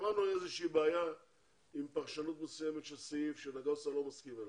שמענו איזושהי בעיה עם פרשנות מסוימת של סעיף שנגוסה לא מסכים לה.